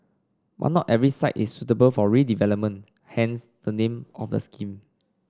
but not every site is suitable for redevelopment hence the name of the scheme